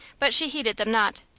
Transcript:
but she heeded them not.